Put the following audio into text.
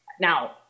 now